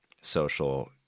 social